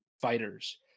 fighters